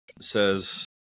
says